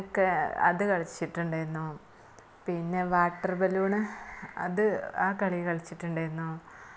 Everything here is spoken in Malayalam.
അങ്ങനെയൊക്കെ അത് കളിച്ചിട്ടുണ്ടായിരുന്നു പിന്നെ വാട്ടർ ബലൂണ് അത് ആ കളി കളിച്ചിട്ടുണ്ടായിരുന്നു